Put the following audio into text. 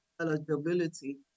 eligibility